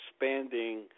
expanding